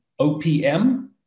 OPM